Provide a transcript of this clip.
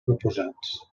proposats